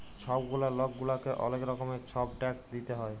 ছব গুলা লক গুলাকে অলেক রকমের ছব ট্যাক্স দিইতে হ্যয়